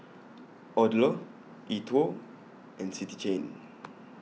Odlo E TWOW and City Chain